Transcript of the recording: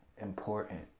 Important